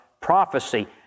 prophecy